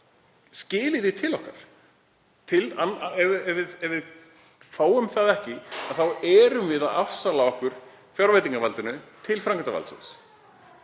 skili því til okkar. Ef við fáum það ekki þá erum við að afsala okkur fjárveitingavaldinu til framkvæmdarvaldsins.